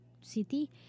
city